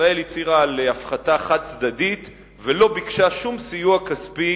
ישראל הצהירה על הפחתה חד-צדדית ולא ביקשה שום סיוע כספי